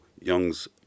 Young's